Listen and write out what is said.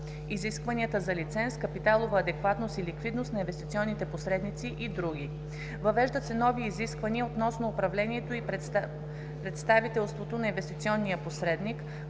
изискванията за лиценз, капиталова адекватност и ликвидност на инвестиционните посредници и др.; - Въвеждат се нови изисквания относно управлението и представителството на инвестиционния посредник,